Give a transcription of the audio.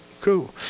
cool